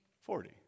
Forty